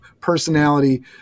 personality